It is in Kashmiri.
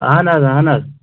اہن حظ اہن حظ